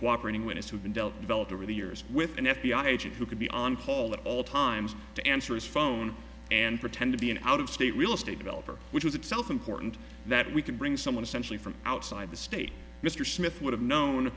cooperating witness who's been dealt developed over the years with an f b i agent who could be on call at all times to answer his phone pretend to be an out of state real estate developer which is itself important that we can bring someone essentially from outside the state mr smith would have known